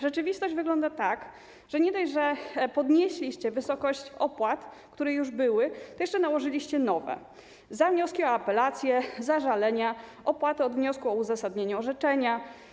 Rzeczywistość wygląda tak, że nie dość, że podnieśliście wysokość opłat, które już istniały, to jeszcze nałożyliście nowe za wnioski o apelacje i zażalenia oraz opłatę od wniosku o uzasadnienie orzeczenia.